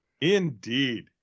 Indeed